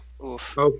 Okay